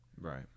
right